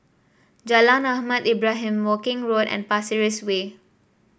Jalan Ahmad Ibrahim Woking Road and Pasir Ris Way